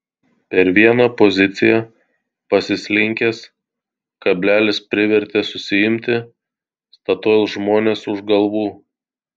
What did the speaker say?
per vieną poziciją pasislinkęs kablelis privertė susiimti statoil žmones už galvų